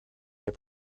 der